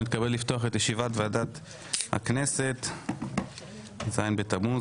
אני מתכבד לפתוח את ישיבת ועדת הכנסת - ז' בתמוז,